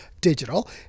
digital